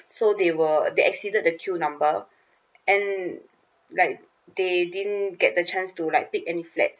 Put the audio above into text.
so they were they exceeded the queue number and like they didn't get the chance to like pick any flats